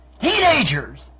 Teenagers